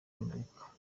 amerika